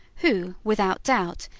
who, without doubt,